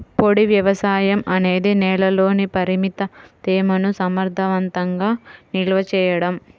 పొడి వ్యవసాయం అనేది నేలలోని పరిమిత తేమను సమర్థవంతంగా నిల్వ చేయడం